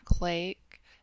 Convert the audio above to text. Lake